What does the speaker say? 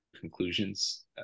conclusions